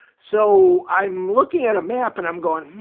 so i'm looking at a map and i'm going,